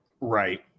right